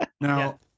now